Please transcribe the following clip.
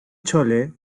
chole